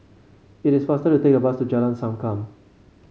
it is faster to take bus to Jalan Sankam